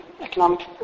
economic